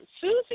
Susie